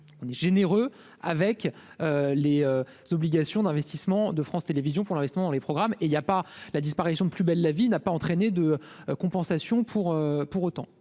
généreux avec les obligations d'investissement de France Télévisions pour le restant dans les programmes et il y a pas la disparition de plus belle la vie n'a pas entraîné de compensation pour pour autant